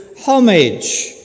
homage